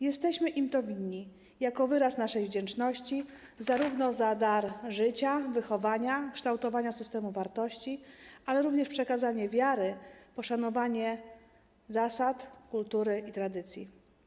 Jesteśmy im to winni jako wyraz naszej wdzięczności zarówno za dar życia, wychowanie, kształtowanie systemu wartości, jak i przekazanie wiary, poszanowania dla zasad, kultury i tradycji.